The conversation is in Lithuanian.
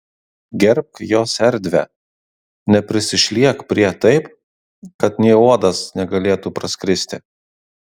gerbk jos erdvę neprisišliek prie taip kad nė uodas negalėtų praskristi